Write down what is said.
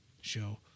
show